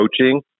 coaching